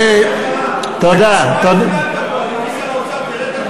תראה את התמונה הזאת.